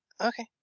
Okay